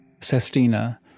Sestina